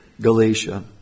Galatia